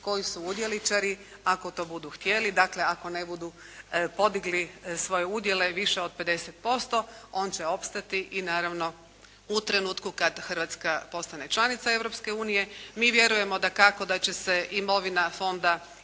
koji su udjeličari ako to budu htjeli, dakle ako ne budu podigli svoje udjele više od 50% on će opstati i naravno u trenutku kad Hrvatska postane članica Europske unije. Mi vjerujemo dakako da će se imovina fonda